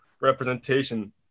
representation